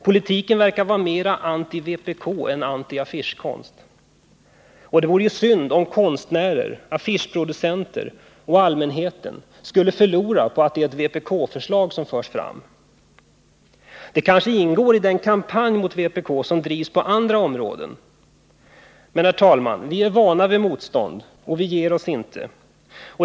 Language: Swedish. Politiken verkar vara mera anti-vpk än antiaffischkonst. Men det vore synd om konstnärer, affischproducenter och allmänhet skulle förlora på att det är ett vpk-förslag som förs fram. Det ingår kanske i den kampanj mot vpk som drivs på andra områden. Men, herr talman, vi är vana vid motstånd och ger oss inte.